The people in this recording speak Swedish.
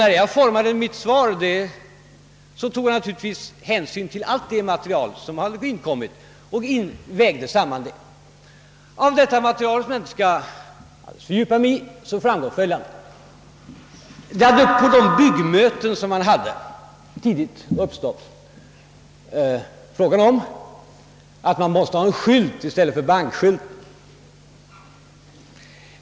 När jag sedan utformade mitt svar tog jag naturligtvis hänsyn till hela det material som inkommit och vägde samman det. Och av det materialet, som jag här inte skall fördjupa mig i, framgår följande. På de byggnadsmöten som hållits hade redan tidigt den frågan uppkommit att den gamla bankskylten måste ersät tas med en ny.